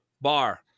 bar